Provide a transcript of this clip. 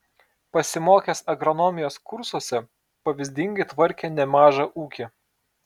pasimokęs agronomijos kursuose pavyzdingai tvarkė nemažą ūkį